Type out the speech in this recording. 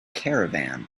caravan